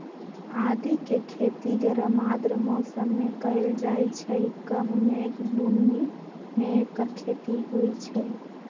आदिके खेती गरम आर्द्र मौसम में कएल जाइ छइ कम मेघ बून्नी में ऐकर खेती होई छै